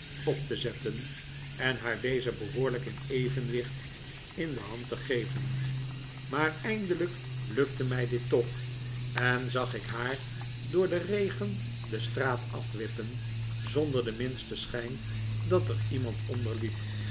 op te zetten en haar deze behoorlijk in evenwicht in de hand te geven maar eindelijk lukte mij dit toch en zag ik haar door den regen de straat afwippen zonder den mihsten schijn dat er iemand onder liep